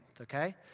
okay